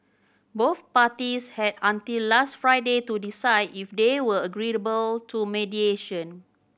both parties had until last Friday to decide if they were agreeable to mediation